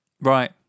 Right